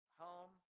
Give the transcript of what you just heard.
home